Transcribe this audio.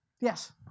Yes